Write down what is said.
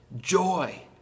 joy